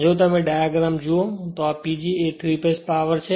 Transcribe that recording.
જો તમે ડાયગ્રામ જુઓ તો આ PG એ ૩ ફેજ પાવર છે